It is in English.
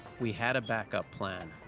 we had a backup plan.